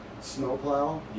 snowplow